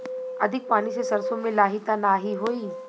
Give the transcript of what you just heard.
अधिक पानी से सरसो मे लाही त नाही होई?